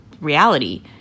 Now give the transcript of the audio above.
reality